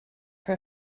for